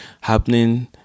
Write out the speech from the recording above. happening